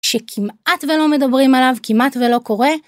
שכמעט ולא מדברים עליו, כמעט ולא קורה.